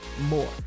more